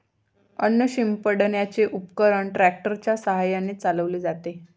अन्न शिंपडण्याचे उपकरण ट्रॅक्टर च्या साहाय्याने चालवले जाते